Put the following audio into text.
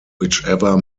whichever